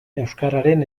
euskararen